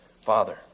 Father